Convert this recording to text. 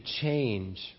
change